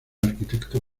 arquitecto